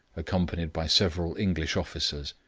accompanied by several english officers.